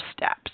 Steps